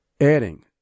adding